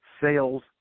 sales